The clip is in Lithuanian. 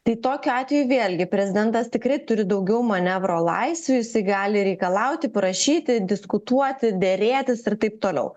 tai tokiu atveju vėlgi prezidentas tikrai turi daugiau manevro laisvių jisai gali reikalauti prašyti diskutuoti derėtis ir taip toliau